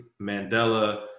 Mandela